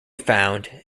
found